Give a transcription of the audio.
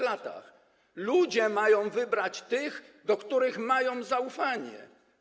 Ludzie mają wybrać tych, do których mają zaufanie.